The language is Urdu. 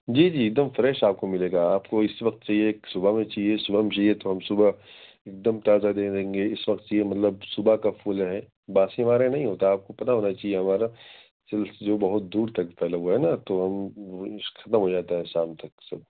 جی جی ایک دم فریش آپ کو ملے گا آپ کو اس وقت چاہیے کہ صبح میں چاہیے صبح میں چاہیے تو ہم صبح ایک دم تازہ دے دیں گے اس وقت چاہیے مطلب صبح کا پھول ہے باسی ہمارے یہاں نہیں ہوتا آپ کو پتہ ہونا چاہیے ہمارا جو بہت دور تک پھیلا ہوا ہے نا تو ہم ختم ہو جاتا ہے شام تک سب